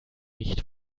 nicht